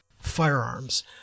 firearms